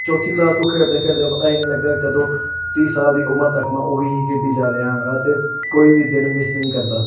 ਚੌਥੀ ਕਲਾਸ ਤੋਂ ਖੇਡਦੇ ਖੇਡਦੇ ਪਤਾ ਹੀ ਨਹੀਂ ਲੱਗਾ ਕਦੋਂ ਤੀਹ ਸਾਲ ਦੀ ਉਮਰ ਤੱਕ ਮੈਂ ਉਹੀ ਹੀ ਖੇਡੀ ਜਾ ਰਿਹਾ ਹਾਂ ਅਤੇ ਕੋਈ ਵੀ ਦਿਨ ਮਿਸ ਨਹੀਂ ਕਰਦਾ